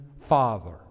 father